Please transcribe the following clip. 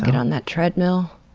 and on that treadmill,